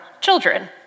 children